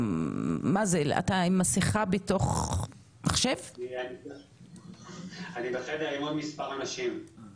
מההיכרות הראשונה בדיון הקודם עם התופעה מה גיליתם ברשות